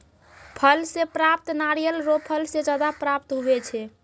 फल से प्राप्त नारियल रो फल से ज्यादा प्राप्त हुवै छै